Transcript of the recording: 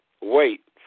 wait